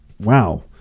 wow